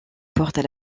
portent